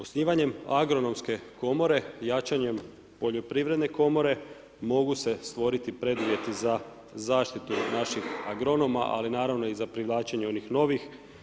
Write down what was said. Osnivanje agronomske komore i jačanjem Poljoprivredne komore, mogu se stvoriti preduvjeti za zaštitu naših agronoma ali naravno i za privlačenje onih novih.